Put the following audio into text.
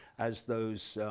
as those